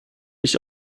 ich